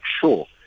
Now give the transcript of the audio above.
sure